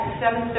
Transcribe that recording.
7.30